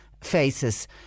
faces